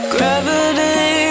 Gravity